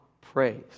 praise